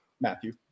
Matthew